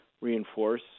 reinforce